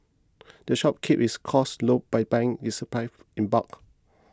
the shop keeps its costs low by buying its supplies in bulk